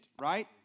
right